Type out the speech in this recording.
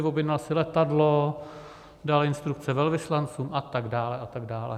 Objednal si letadlo, dal instrukce velvyslancům a tak dále a tak dále.